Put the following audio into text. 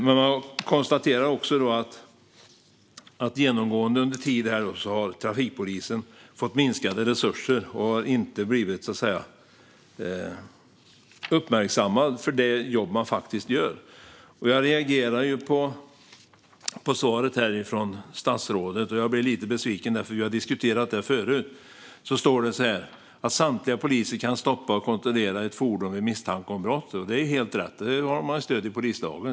Man konstaterar också att trafikpolisen genomgående har fått minskade resurser och inte har blivit uppmärksammad för det jobb den gör. Jag reagerar på interpellationssvaret från statsrådet. Jag blir lite besviken, för vi har diskuterat det här förut. Statsrådet sa så här: "Samtliga poliser kan stoppa och kontrollera ett fordon vid misstanke om brott." Det är helt rätt. Där har man stöd i polislagen.